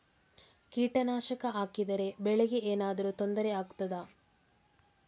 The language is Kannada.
ಕೀಟನಾಶಕ ಹಾಕಿದರೆ ಬೆಳೆಗೆ ಏನಾದರೂ ತೊಂದರೆ ಆಗುತ್ತದಾ?